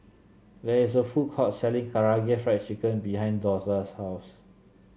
there is a food court selling Karaage Fried Chicken behind Dortha's house